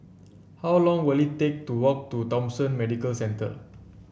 how long will it take to walk to Thomson Medical Centre